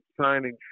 signing